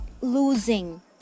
losing